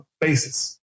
basis